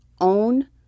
own